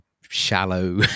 shallow